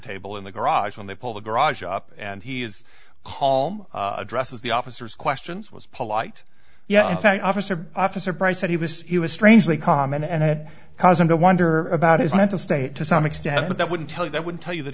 table in the garage when they pull the garage up and he is calm addresses the officers questions was polite yeah in fact officer officer bryce said he was strangely calm and it caused him to wonder about his mental state to some extent but that wouldn't tell you that would tell you that